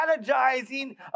strategizing